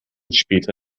später